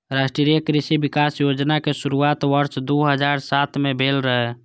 राष्ट्रीय कृषि विकास योजनाक शुरुआत वर्ष दू हजार सात मे भेल रहै